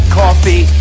coffee